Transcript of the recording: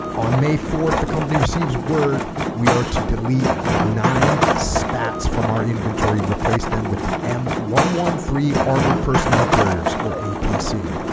on may fourth the company receives word we are to delete nine spats from our inventory and replace them with the m one one three armored personnel carriers or apc